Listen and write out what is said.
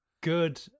good